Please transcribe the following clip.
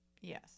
yes